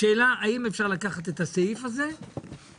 השאלה האם אפשר לקחת את הסעיף הזה מתוך